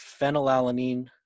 phenylalanine